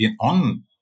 on